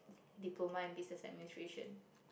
diploma in Business-Administration